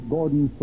Gordon